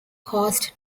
caused